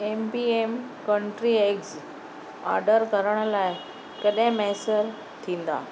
M P M country eggs order करण लाइ कॾहिं मुयसरु थींदा